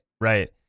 right